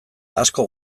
asko